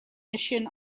mission